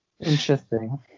Interesting